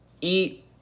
eat